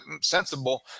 sensible